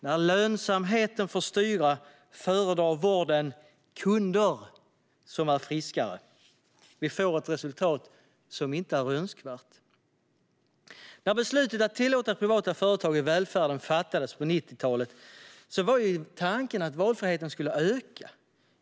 När lönsamheten får styra föredrar vården "kunder" som är friskare. Vi får ett resultat som inte är önskvärt. När beslutet om att tillåta privata företag i välfärden fattades på 1990talet var tanken att valfriheten skulle öka.